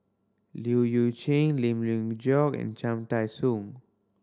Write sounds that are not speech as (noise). Leu (unintelligible) Chye Lim (unintelligible) Geok and Cham Tai Soon